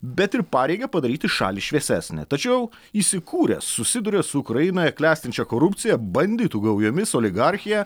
bet ir pareigą padaryti šalį šviesesnę tačiau įsikūręs susiduria su ukrainoje klestinčia korupcija banditų gaujomis oligarchija